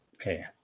Okay